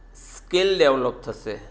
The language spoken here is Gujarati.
સ્કિલ ડેવલપ થશે